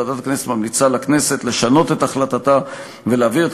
ועדת הכנסת ממליצה לכנסת לשנות את החלטתה ולהעביר את